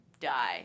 die